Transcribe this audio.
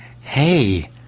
hey